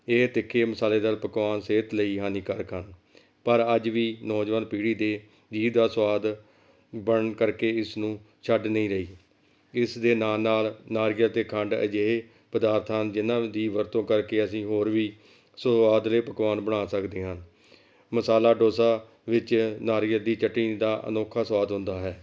ਇਹ ਤਿੱਖੇ ਮਸਾਲੇਦਾਰ ਪਕਵਾਨ ਸਿਹਤ ਲਈ ਹਾਨੀਕਾਰਕ ਹਨ ਪਰ ਅੱਜ ਵੀ ਨੌਜਵਾਨ ਪੀੜੀ ਦੇ ਜੀਭ ਦਾ ਸਵਾਦ ਬਣਨ ਕਰਕੇ ਇਸ ਨੂੰ ਛੱਡ ਨਹੀਂ ਰਹੀ ਇਸ ਦੇ ਨਾਲ ਨਾਲ ਨਾਰੀਅਲ ਅਤੇ ਖੰਡ ਅਜਿਹੇ ਪਦਾਰਥ ਹਨ ਜਿਨ੍ਹਾਂ ਦੀ ਵਰਤੋਂ ਕਰਕੇ ਅਸੀਂ ਹੋਰ ਵੀ ਸੁਆਦਲੇ ਪਕਵਾਨ ਬਣਾ ਸਕਦੇ ਹਨ ਮਸਾਲਾ ਡੋਸਾ ਵਿੱਚ ਨਾਰੀਅਲ ਦੀ ਚਟਨੀ ਦਾ ਅਨੋਖਾ ਸਵਾਦ ਹੁੰਦਾ ਹੈ